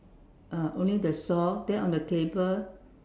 uh only the saw then on the table